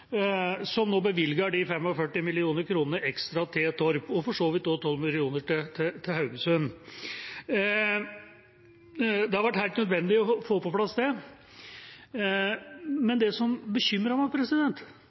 som nå bevilger de 45 mill. kr ekstra til Torp og for så vidt også 12 mill. kr til Haugesund. Det har vært helt nødvendig å få det på plass, men det som bekymrer meg,